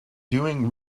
doing